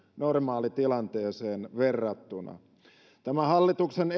normaalitilanteeseen verrattuna tässä hallituksen